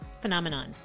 Phenomenon